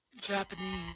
Japanese